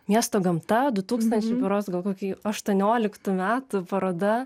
miesto gamta du tūkstančiai berods gal koki aštuonioliktų metų paroda